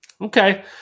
Okay